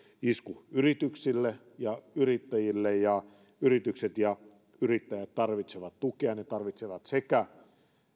isku yrityksille ja yrittäjille ja yritykset ja yrittäjät tarvitsevat tukea ne tarvitsevat sekä